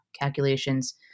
calculations